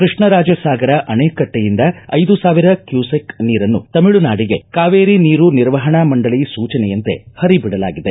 ಕೃಷ್ಣರಾಜಸಾಗರ ಅಣೆಕಟ್ಟೆಯಿಂದ ನ್ ಸಾವಿರ ಕ್ಯೂಸೆಕ್ ನೀರನ್ನು ತಮಿಳುನಾಡಿಗೆ ಕಾವೇರಿ ನೀರು ನಿರ್ವಹಣಾ ಮಂಡಳಿ ಸೂಚನೆಯಂತೆ ಹರಿ ಬಿಡಲಾಗಿದೆ